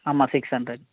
ஆமாம் six hundred